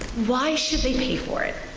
why should they pay for it?